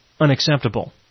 unacceptable